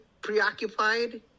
preoccupied